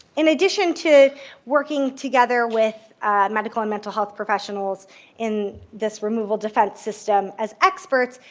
in addition to working together with medical and mental health professionals in this removal defense system as experts,